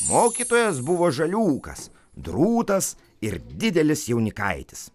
mokytojas buvo žaliūkas drūtas ir didelis jaunikaitis